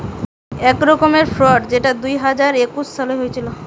এক রকমের ফ্রড যেটা দুই হাজার একুশ সালে হয়েছিল